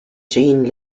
jean